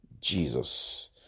Jesus